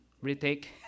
retake